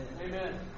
Amen